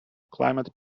climate